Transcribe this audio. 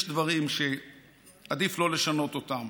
יש דברים שעדיף לא לשנות אותם.